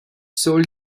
soll